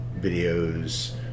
videos